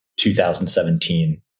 2017